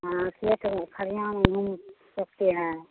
हाँ खेत में खलिहान में घूम सकते हैं